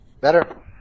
Better